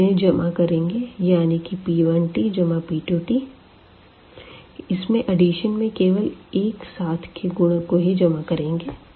अब इन्हें जमा करेंगे यानी कि p1 जमा p2 इसमें एडिशन में केवल एक साथ के गुणक को ही जमा करेंगे